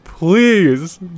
please